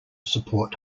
support